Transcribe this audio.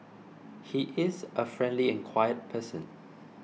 he is a friendly and quiet person